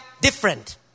different